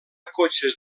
cotxes